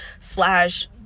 slash